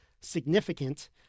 significant